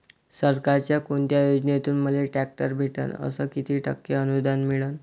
सरकारच्या कोनत्या योजनेतून मले ट्रॅक्टर भेटन अस किती टक्के अनुदान मिळन?